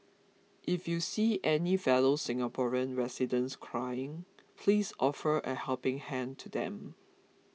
if you see any fellow Singaporean residents crying please offer a helping hand to them